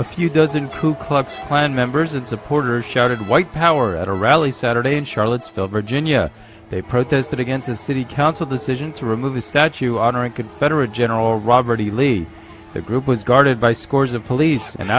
a few dozen kook klux klan members and supporters shouted white power at a rally saturday in charlottesville virginia they protested against a city council decision to remove the statue honoring could federal general robert e lee the group was guarded by scores of police and